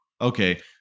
Okay